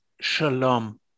shalom